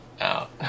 out